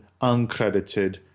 uncredited